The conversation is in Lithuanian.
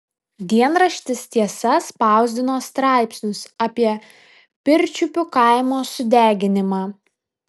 dienraštis tiesa spausdino straipsnius apie pirčiupių kaimo sudeginimą